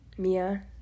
Mia